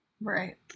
right